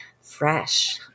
fresh